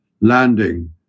landing